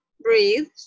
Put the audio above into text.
breathe